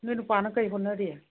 ꯅꯣꯏ ꯅꯨꯄꯥꯅ ꯀꯩ ꯍꯣꯠꯅꯔꯤ